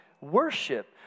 worship